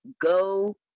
Go